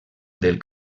del